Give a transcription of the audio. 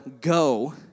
go